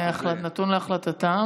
זה נתון להחלטתם.